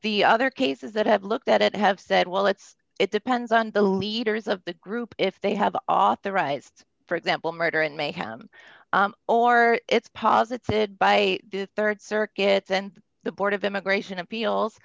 the other cases that have looked at it have said well it's it depends on the leaders of the group if they have authorized for example murder and mayhem or it's posited by the rd circuit and the board of immigration appeals